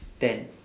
ten